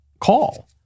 call